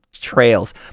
trails